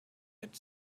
had